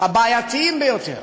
הבעייתיים ביותר,